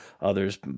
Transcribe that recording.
Others